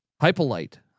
Hypolite